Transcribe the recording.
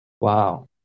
Wow